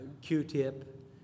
Q-tip